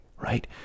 right